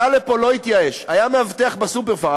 עלה לפה, לא התייאש, היה מאבטח ב"סופר-פארם".